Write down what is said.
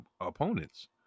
opponents